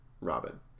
Robin